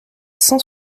cent